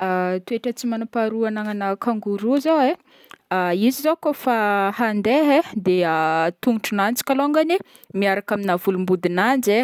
Toetra tsy manam-paharoa ananana kangoroa zao e, izy zao kaofa handeha e, de tongotron'azy kalôngany miaraka amina volombodin'azy de